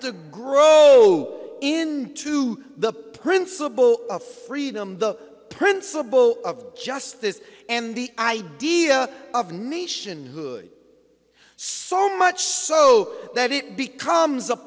to grow in to the principle of freedom the principle of justice and the idea of nationhood so much so that it becomes a